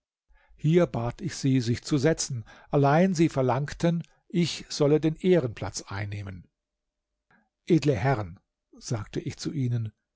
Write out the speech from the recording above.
hier bat ich sie sich zu setzen allein sie verlangten ich solle den ehrenplatz einnehmen edle herren sagte ich zu ihnen